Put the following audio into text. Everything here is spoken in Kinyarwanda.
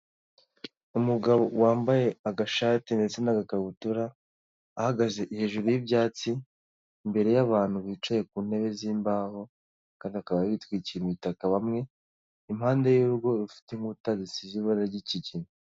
Umugabo wambaye agashati ndetse n'agakabutura, ahagaze hejuru y'ibyatsi, imbere y'abantu bicaye ku ntebe z'imbaho kandi bakaba bitwikiriye imitaka bamwe, impande y'urugo rufite inkuta zisize ibara ry'ikigina.